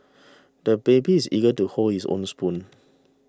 the baby is eager to hold his own spoon